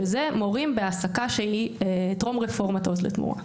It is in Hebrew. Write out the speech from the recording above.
שזה מורים בהעסקה שהיא טרום רפורמת עוז לתמורה.